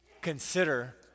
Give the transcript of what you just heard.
consider